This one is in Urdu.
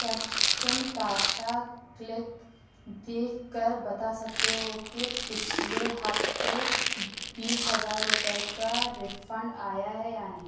کیا تم ٹاٹا کلک دیکھ کر بتا سکتے ہو کہ پچھلے ہفتے بیس ہزار روپے کا ریفنڈ آیا ہے یا نہیں